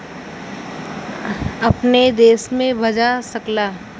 अपने देश में भजा सकला